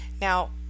Now